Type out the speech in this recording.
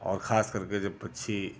और खास करके जब पक्षी